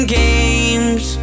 games